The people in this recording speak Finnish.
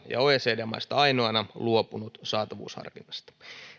ja oecd maista ainoana luopunut saatavuusharkinnasta